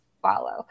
follow